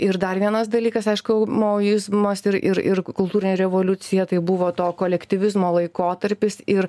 ir dar vienas dalykas aišku maoizmas ir ir kultūrinė revoliucija tai buvo to kolektyvizmo laikotarpis ir